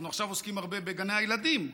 אנחנו עכשיו עוסקים הרבה בגני הילדים.